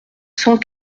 cent